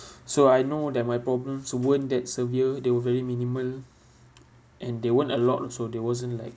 so I know that my problems weren't that severe they were very minimal and they weren't a lot so they wasn't like